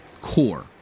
core